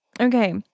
Okay